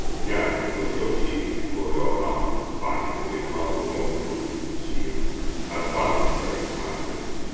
now put your shields before your hearts, and fight with hearts more proof than shields advance, brave titus